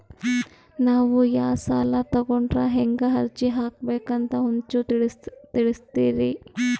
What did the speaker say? ನಾವು ಯಾ ಸಾಲ ತೊಗೊಂಡ್ರ ಹೆಂಗ ಅರ್ಜಿ ಹಾಕಬೇಕು ಅಂತ ಒಂಚೂರು ತಿಳಿಸ್ತೀರಿ?